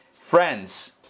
friends